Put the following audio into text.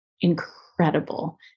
incredible